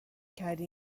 کردی